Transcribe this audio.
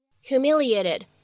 Humiliated